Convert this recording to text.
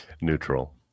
Neutral